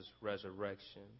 resurrection